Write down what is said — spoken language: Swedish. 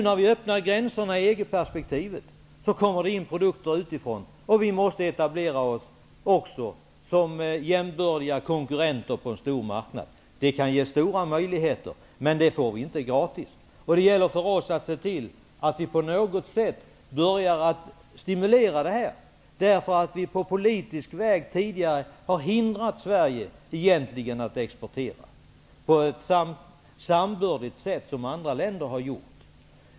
När vi nu i EG perspektivet öppnar gränserna kommer det in produkter utifrån, och vi måste etablera oss som jämbördiga konkurrenter på en stor marknad. Det kan ge stora möjligheter, men det får vi inte gratis. Det gäller för oss att se till att vi på något sätt börjar stimulera detta, för vi har på politisk väg tidigare hindrat Sverige från att exportera på ett med andra länder jämbördigt sätt.